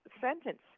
sentence